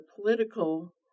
political